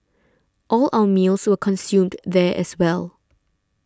all our meals were consumed there as well